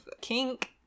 kink